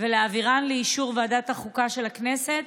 ולהעבירן לאישור ועדת החוקה של הכנסת?